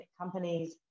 companies